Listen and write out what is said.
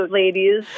ladies